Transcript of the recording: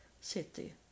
city